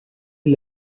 est